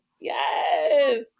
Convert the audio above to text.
Yes